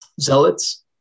zealots